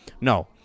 No